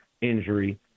injury